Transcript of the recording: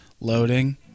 Loading